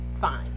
fine